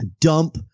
dump